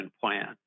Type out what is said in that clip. plan